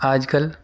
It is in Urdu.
آج کل